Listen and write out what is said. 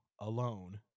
alone